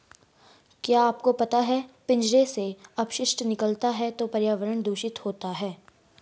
क्या आपको पता है पिंजरों से अपशिष्ट निकलता है तो पर्यावरण दूषित होता है?